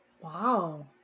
Wow